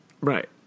Right